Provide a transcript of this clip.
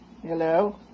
Hello